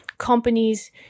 companies